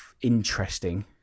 interesting